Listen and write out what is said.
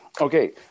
Okay